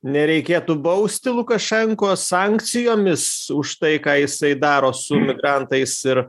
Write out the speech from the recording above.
nereikėtų bausti lukašenkos sankcijomis už tai ką jisai daro su migrantais ir